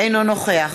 אינו נוכח